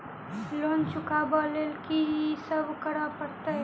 Loan चुका ब लैल की सब करऽ पड़तै?